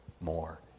more